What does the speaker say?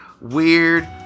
weird